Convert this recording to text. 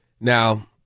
Now